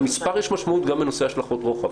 למספר יש משמעות גם בנושא של השלכות רוחב,